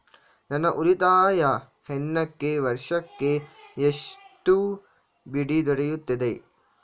ನನ್ನ ಉಳಿತಾಯ ಹಣಕ್ಕೆ ವಾರ್ಷಿಕ ಎಷ್ಟು ಬಡ್ಡಿ ದೊರೆಯುತ್ತದೆ?